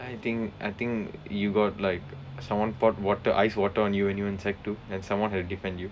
I think I think you got like someone poured water ice water on you when you were in sec two then someone had to defend you